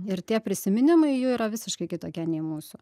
ir tie prisiminimai jų yra visiškai kitokie nei mūsų